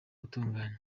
gutunganywa